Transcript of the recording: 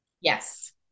Yes